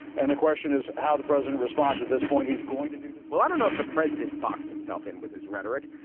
and the question is how the president responds at this point. he's going to do this well, i don't know if the president's boxed himself in with his rhetoric,